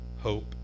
hope